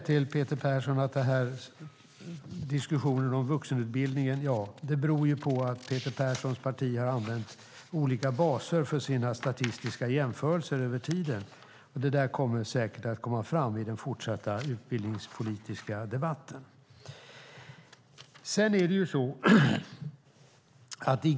Till Peter Persson kan jag säga att detta med vuxenutbildningen har att göra med att Peter Perssons parti har använt olika baser för sina statistiska jämförelser över tiden. Detta kommer säkert fram i den fortsatta utbildningspolitiska debatten.